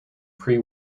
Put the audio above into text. pre